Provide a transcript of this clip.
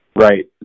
right